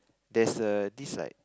there's a this like